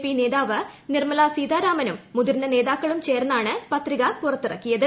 P നേതാവ് നിർമല സീതാരാമനും മുതിർന്ന നേതാക്കളും ചേർന്നാണ് പത്രിക പുറത്തിറക്കിയത്